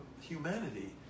humanity